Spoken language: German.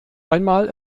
einmal